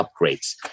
upgrades